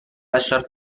lasciar